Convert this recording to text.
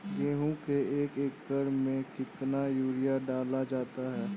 गेहूँ के एक एकड़ में कितना यूरिया डाला जाता है?